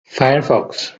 firefox